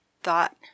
thought